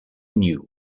knew